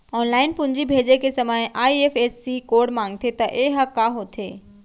Online पूंजी भेजे के समय आई.एफ.एस.सी कोड माँगथे त ये ह का होथे?